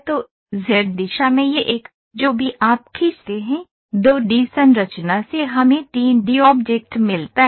तो Z दिशा में यह एक जो भी आप खींचते हैं 2 डी संरचना से हमें 3 डी ऑब्जेक्ट मिलता है